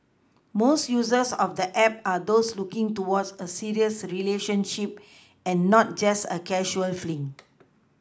most users of the app are those looking towards a serious relationship and not just a casual fling